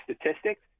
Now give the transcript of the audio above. statistics